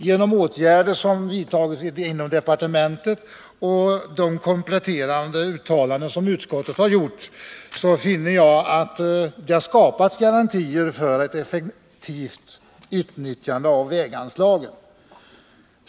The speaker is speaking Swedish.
Genom åtgärder som vidtagits inom departementet och genom de kompletterande uttalanden som utskottet har gjort finner jag att garantier har skapats för ett effektivt utnyttjande av väganslagen.